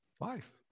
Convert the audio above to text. Life